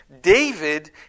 David